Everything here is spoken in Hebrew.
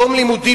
יום לימודים,